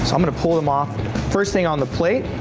so i'm going to pull them off first thing on the plate.